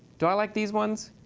do i like these ones?